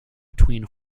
between